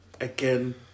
again